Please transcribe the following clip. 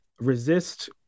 resist